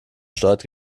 steuert